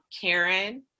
karen